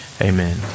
amen